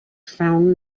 found